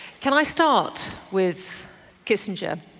can i start with kissinger.